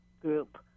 group